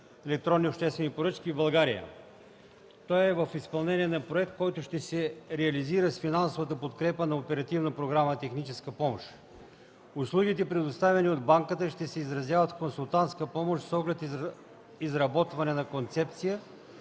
електронни обществени поръчки в България. Той е в изпълнение на проект, който ще се реализира с финансовата подкрепа на Оперативна програма „Техническа помощ”. Услугите, предоставени от банката, ще се изразяват в консултантска помощ с оглед изработване на концепция